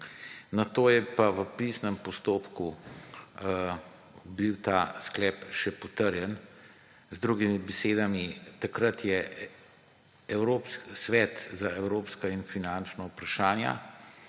nato je pa v pisnem postopku bil ta sklep še potrjen. Z drugimi besedami, takrat je Svet za evropska in finančna vprašanja,